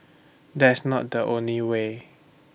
that's not the only way